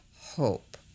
hope